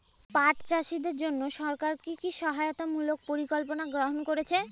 পাট চাষীদের জন্য সরকার কি কি সহায়তামূলক পরিকল্পনা গ্রহণ করেছে?